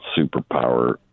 superpower